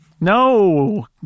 No